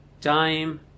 time